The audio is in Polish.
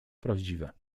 prawdziwe